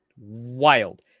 wild